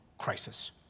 crisis